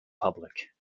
public